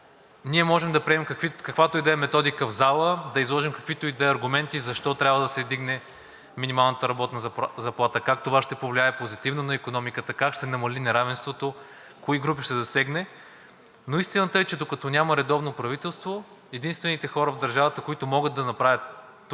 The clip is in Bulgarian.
ние можем да приемем каквато и да е методика в залата, да изложим каквито и да е аргументи защо трябва да се вдигне минималната работна заплата, как това ще повлияе позитивно на икономиката, как ще се намали неравенството, кои групи ще засегне, но истината е, че докато няма редовно правителство, единствените хора в държавата, които могат да направят това